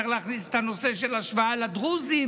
צריך להכניס את הנושא של השוואה לדרוזים,